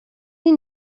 این